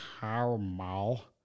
caramel